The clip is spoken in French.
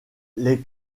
les